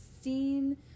seen